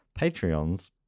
Patreons